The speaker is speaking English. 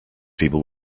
people